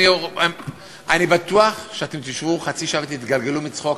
אני בטוח שאתם תשבו חצי שעה ותתגלגלו מצחוק,